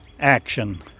action